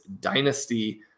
Dynasty